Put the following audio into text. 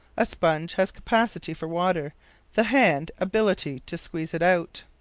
a sponge has capacity for water the hand, ability to squeeze it out.